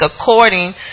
According